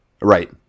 Right